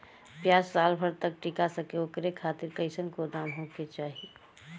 प्याज साल भर तक टीका सके ओकरे खातीर कइसन गोदाम होके के चाही?